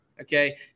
Okay